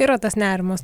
yra tas nerimas